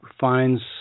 finds